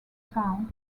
town